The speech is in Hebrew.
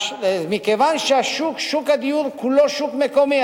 מכיוון ששוק הדיור כולו הוא שוק מקומי,